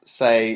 say